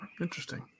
Interesting